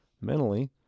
mentally